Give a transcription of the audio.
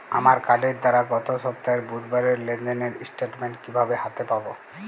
আমার কার্ডের দ্বারা গত সপ্তাহের বুধবারের লেনদেনের স্টেটমেন্ট কীভাবে হাতে পাব?